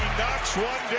knocks one